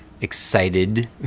excited